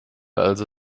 also